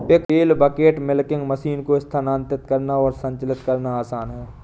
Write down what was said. पेल bucket milking machine को स्थानांतरित करना और संचालित करना आसान है